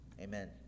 Amen